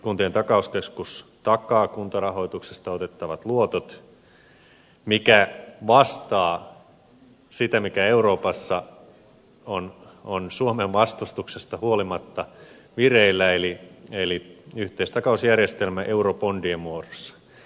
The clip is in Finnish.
kuntien takauskeskus takaa kuntarahoituksesta otettavat luotot mikä vastaa sitä mikä euroopassa on suomen vastustuksesta huolimatta vireillä eli yhteistakausjärjestelmää eurobondien muodossa